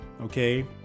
Okay